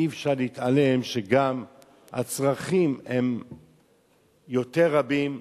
אי-אפשר להתעלם שגם הצרכים הם יותר רבים.